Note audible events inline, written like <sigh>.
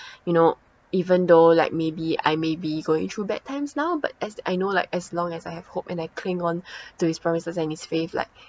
<breath> you know even though like maybe I may be going through bad times now but as I know like as long as I have hope and I cling on <breath> to his promises and his faith like